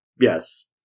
Yes